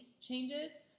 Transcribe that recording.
changes